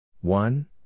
One